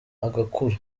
agakura